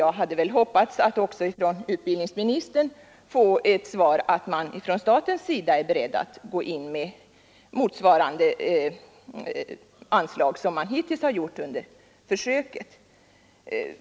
Jag hade hoppats att från utbildningsministern få ett besked att man också från statens sida är beredd att gå in med anslag motsvarande dem som man hittills har beviljat för det här försöket.